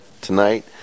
tonight